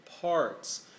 parts